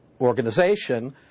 organization